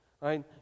right